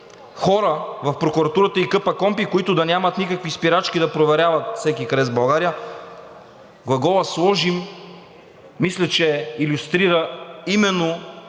хора в прокуратурата и КПКОНПИ, които да нямат никакви спирачки да проверяват всеки крадец в България.“ Глаголът „сложим“ мисля, че илюстрира именно